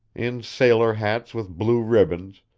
in sailor hats with blue ribbons,